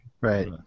right